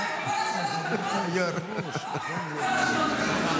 לא חייב את כל שלוש הדקות.